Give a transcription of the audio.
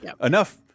enough